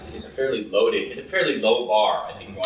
it's a fairly loaded. it's a fairly low bar.